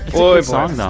boy. boy um yeah